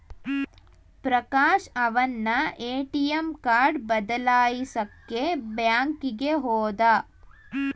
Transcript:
ಪ್ರಕಾಶ ಅವನ್ನ ATM card ಬದಲಾಯಿಸಕ್ಕೇ ಬ್ಯಾಂಕಿಗೆ ಹೋದ